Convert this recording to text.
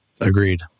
Agreed